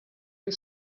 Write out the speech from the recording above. you